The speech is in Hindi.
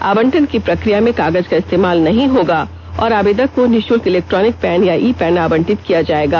आवंटन की प्रक्रिया में कागज का इस्तेमाल नहीं होगा और आवेदक को निःशल्क इलेक्टॉनिक पैन या ई पैन आवंटित किया जाएगा